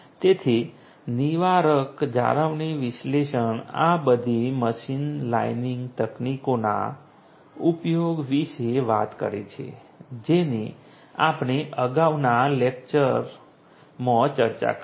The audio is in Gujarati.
તેથી નિવારક જાળવણી વિશ્લેષણ આ બધી મશીન લર્નિંગ તકનીકોના ઉપયોગ વિશે વાત કરે છે જેની આપણે અગાઉના લેક્ચરમાં ચર્ચા કરી છે